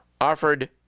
offered